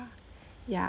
ya